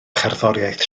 cherddoriaeth